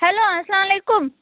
hello السلام علیکُم